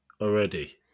already